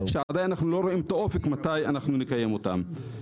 ואנחנו עדיין לא רואים את האופק מתי נקיים אותם.